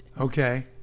Okay